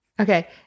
Okay